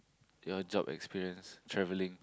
your job experience travelling